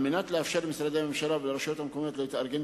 על מנת לאפשר למשרדי הממשלה ולרשויות המקומיות להתארגן